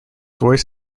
voice